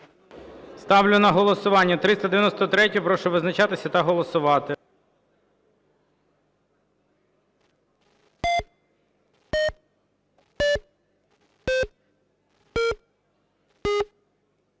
Ставлю на голосування 393-ю. Прошу визначатись та голосувати.